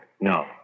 No